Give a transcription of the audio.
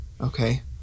Okay